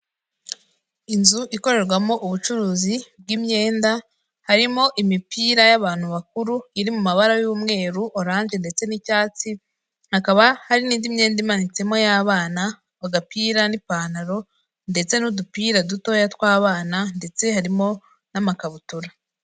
Inzu ikorerwamo ubucuruzi bw'imyenda harimo imipira y'abantu bakuru iri mu mabara y'umweru ,orange, ndetse n'icyatsi hakaba hari n'indi myenda imanitsemo y'abana agapira n'ipantaro ndetse n'udupira dutoya tw'abana ndetse harimo n'amakabutura.